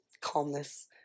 calmness